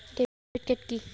Debit card key?